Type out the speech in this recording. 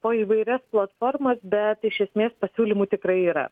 po įvairias platformas bet iš esmės pasiūlymų tikrai yra